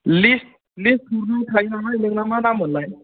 list हरनाय थायो नालाय नोंना मा नाम मोनलाय